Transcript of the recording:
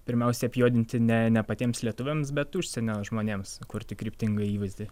pirmiausia apjuodinti ne ne patiems lietuviams bet užsienio žmonėms kurti kryptingą įvaizdį